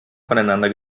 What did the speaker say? voneinander